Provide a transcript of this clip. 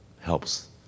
helps